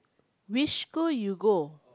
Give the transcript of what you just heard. which school you go